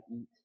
eat